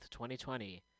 2020